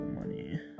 money